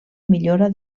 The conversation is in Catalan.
millora